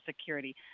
Security